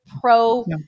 pro